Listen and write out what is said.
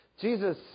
Jesus